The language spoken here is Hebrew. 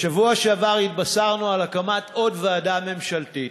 בשבוע שעבר התבשרנו על הקמת עוד ועדה ממשלתית: